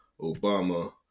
Obama